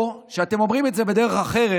או שאתם אומרים את זה בדרך אחרת,